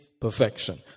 Perfection